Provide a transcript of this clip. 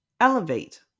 elevate